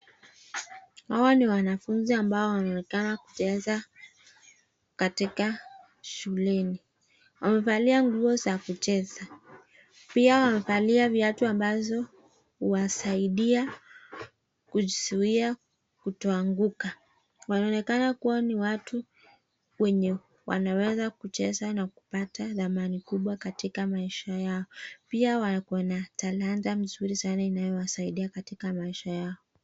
Hawa ni wanafunzi ambao wanaonekana kucheza katika shuleni. Wamevalia nguo za kucheza pia wamevalia viatu ambazo huwasaidia kujizuia kutoanguka. Wanaonekana kuwa ni watu wenye wanaweza kucheza na kupata thamani kubwa katika maisha yao. Pia wakona talanta mzuri sana inayo wasaidia katika maisha yao.